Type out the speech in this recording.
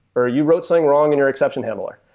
or you wrote something wrong in your exception handler.